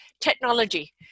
technology